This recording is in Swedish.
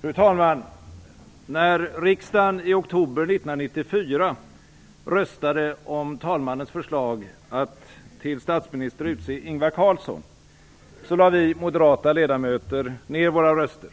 Fru talman! När riksdagen i oktober 1994 röstade om talmannens förslag att till statsminister utse Ingvar Carlsson lade vi moderata ledamöter ned våra röster.